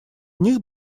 них